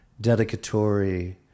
dedicatory